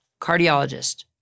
cardiologist